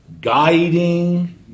guiding